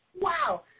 Wow